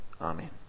Amen